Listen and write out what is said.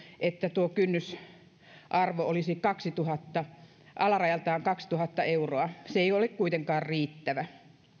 että tuo kynnysarvo olisi alarajaltaan kaksituhatta euroa se ei ole kuitenkaan riittävä